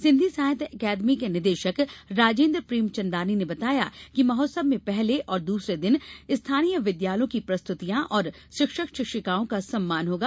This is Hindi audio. सिंधी साहित्य अकादमी के निदेशक राजेन्द्र प्रेमचन्दानी ने बताया कि महोत्सव में पहले और दूसरे दिन स्थानीय विद्यालयों की प्रस्तुतियां और शिक्षकशिक्षिकाओं का सम्मान होगा